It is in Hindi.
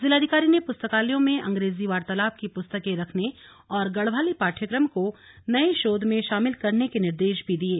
जिलाधिकारी ने पुस्तकालयों में अंग्रेजी वार्तालाप की पुस्तकें रखने और गढ़वाली पाठ्यक्रम को नये शोध में शामिल करने के निर्देश भी दिये